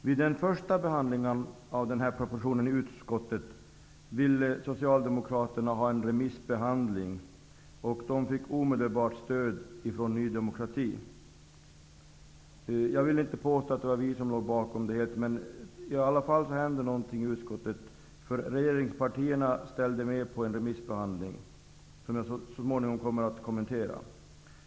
Vid den första behandlingen av den här propositionen i utskottet ville socialdemokraterna ha en remissbehandlig. De fick omedelbart stöd från Ny demokrati. Jag vill inte påstå att det var vi som låg bakom, men någonting hände i utskottet. Regeringspartierna gick med på en remissbehandling, som jag så småningom kommer att kommentera.